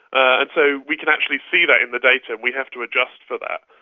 and so we can actually see that in the data, we have to adjust for that.